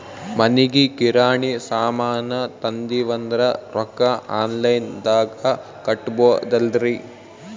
ಮನಿಗಿ ಕಿರಾಣಿ ಸಾಮಾನ ತಂದಿವಂದ್ರ ರೊಕ್ಕ ಆನ್ ಲೈನ್ ದಾಗ ಕೊಡ್ಬೋದಲ್ರಿ?